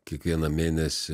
kiekvieną mėnesį